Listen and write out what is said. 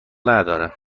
ندارد